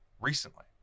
Recently